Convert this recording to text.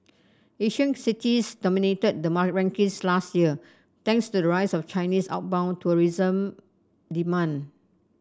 Asian cities dominated the rankings last year thanks to the rise of Chinese outbound tourism demand